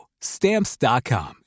Stamps.com